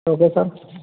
okay sir